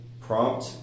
Prompt